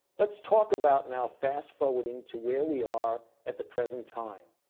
let's talk about now fast-forwarding to where we are at the present time,